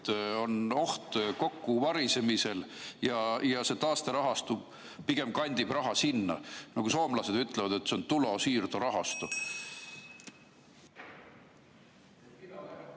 on kokkuvarisemise oht ja see taasterahastu pigem kandib raha sinna. Nagu soomlased ütlevad, et see ontulonsiirtorahasto.